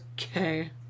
Okay